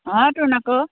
অঁতোন আকৌ